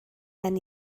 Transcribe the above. gen